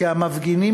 כי המפגינים,